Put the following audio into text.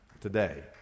today